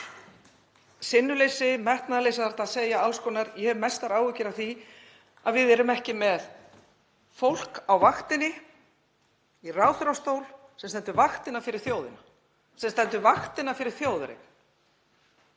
Sinnuleysi, metnaðarleysi, það er hægt að segja alls konar, en ég hef mestar áhyggjur af því að við erum ekki með fólk á vaktinni í ráðherrastól sem stendur vaktina fyrir þjóðina, sem stendur vaktina fyrir þjóðareign.